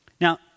Now